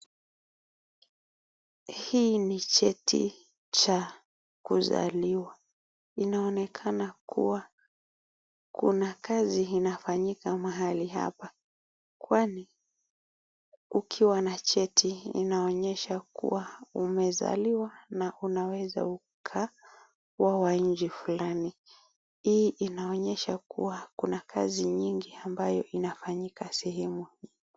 Hii ni cheti cha kuzaliwa hii inaonekana kuwa kuna kazi inafanyika mahali hapa kwani ukiwa na cheti inaonyesha kuwa umezaliwa na unaweza ukawa wa nchini fulani. Hii inaonyesha kuwa kuna kazi nyingi ambayo inafanyika sehemu .